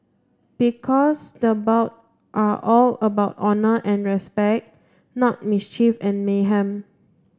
because the bout are all about honour and respect not mischief and mayhem